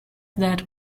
that